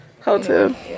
hotel